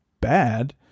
bad